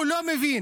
הוא לא מבין.